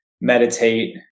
meditate